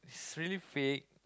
it's really fake